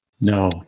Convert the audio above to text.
No